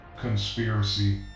Conspiracy